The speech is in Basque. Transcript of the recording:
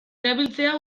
erabiltzea